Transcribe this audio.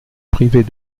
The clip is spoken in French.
privée